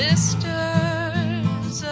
sisters